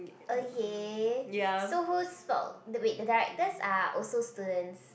okay so who's fault wait the directors are also students